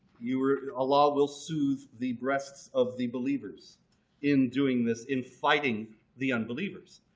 you were allah will soothe the breasts of the believers in doing this, in fighting the and believers.